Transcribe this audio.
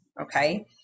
okay